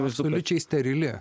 absoliučiai sterili